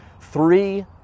three